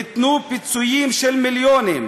ניתנו פיצויים של מיליונים,